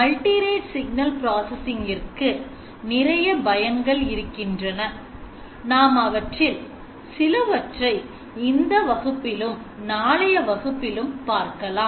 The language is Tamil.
மல்டி ரேட் சிக்னல் ப்ராசசிங் இருக்கு நிறைய பயன்கள் இருக்கின்றன நாம் அவற்றில் சிலவற்றை இந்த வகுப்பிலும் நாளைய வகுப்பிலும் பார்க்கலாம்